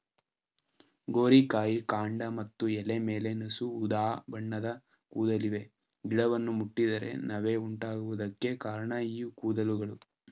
ಗೋರಿಕಾಯಿ ಕಾಂಡ ಮತ್ತು ಎಲೆ ಮೇಲೆ ನಸು ಉದಾಬಣ್ಣದ ಕೂದಲಿವೆ ಗಿಡವನ್ನು ಮುಟ್ಟಿದರೆ ನವೆ ಉಂಟಾಗುವುದಕ್ಕೆ ಕಾರಣ ಈ ಕೂದಲುಗಳು